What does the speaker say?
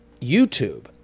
YouTube